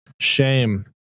Shame